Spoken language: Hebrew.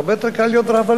הרבה יותר קל להיות רב-אלוף.